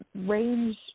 range